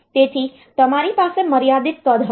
તેથી તમારી પાસે મર્યાદિત કદ હશે